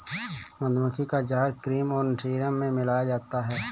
मधुमक्खी का जहर क्रीम और सीरम में मिलाया जाता है